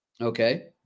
Okay